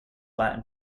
latin